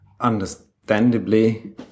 understandably